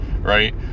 right